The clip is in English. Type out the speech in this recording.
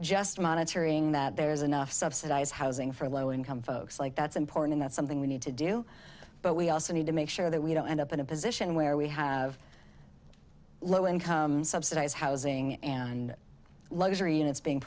just monitoring that there's enough subsidized housing for low income folks like that's important that's something we need to do but we also need to make sure that we don't end up in a position where we have low income subsidized housing and luxury units being